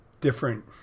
different